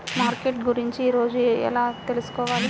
Market గురించి రోజు ఎలా తెలుసుకోవాలి?